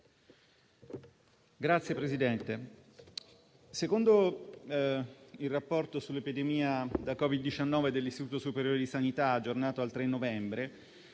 Signor Presidente, secondo il rapporto sull'epidemia da Covid-19 dell'Istituto superiore di sanità, aggiornato al 3 novembre,